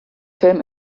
film